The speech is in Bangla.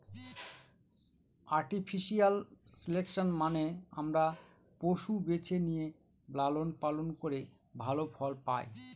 আর্টিফিশিয়াল সিলেকশন মানে আমরা পশু বেছে নিয়ে লালন পালন করে ভালো ফল পায়